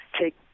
take